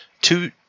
two